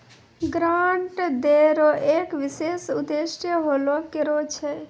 grant दै रो एक विशेष उद्देश्य होलो करै छै